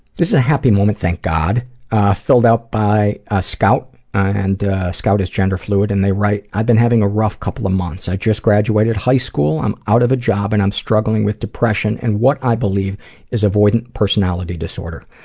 this is a happy moment ah filled out by ah scout, and scout is gender fluid and they write, i've been having a rough couple of months. i just graduated high school, i'm out of a job, and i'm struggling with depression and what i believe is avoidant personality disorder.